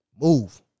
Move